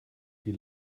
wie